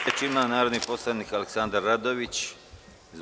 Reč ima narodni poslanik Aleksandar Radojević.